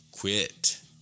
quit